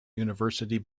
university